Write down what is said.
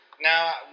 Now